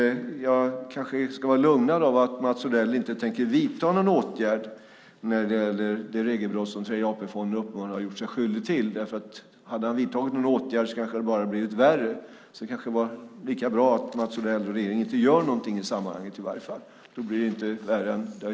Jag kanske ska vara lugnad av att Mats Odell inte tänker vidta någon åtgärd när det gäller det regelbrott som Tredje AP-fonden uppenbarligen har gjort sig skyldig till. Skulle han vidta någon åtgärd skulle det kanske bara bli värre. Det kanske är lika bra att Mats Odell och regeringen inte gör något. Då blir det i varje fall inte värre.